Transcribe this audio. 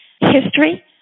history